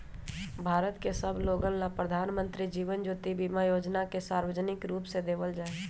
भारत के सब लोगन ला प्रधानमंत्री जीवन ज्योति बीमा योजना के सार्वजनिक रूप से देवल जाहई